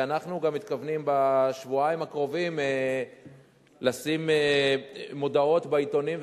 ואנחנו מתכוונים בשבועיים הקרובים לשים מודעות בעיתונים,